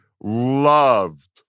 loved